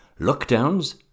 lockdowns